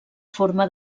forma